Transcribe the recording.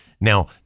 Now